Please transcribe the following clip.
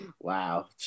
wow